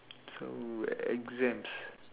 so exams